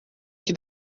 que